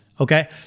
Okay